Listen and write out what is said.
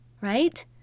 right